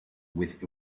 with